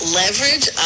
leverage